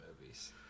movies